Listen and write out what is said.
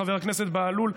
חבר הכנסת בהלול,